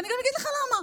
ואני גם אגיד לך למה.